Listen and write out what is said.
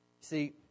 See